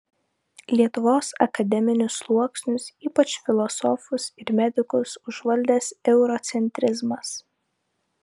lietuvos akademinius sluoksnius ypač filosofus ir medikus užvaldęs eurocentrizmas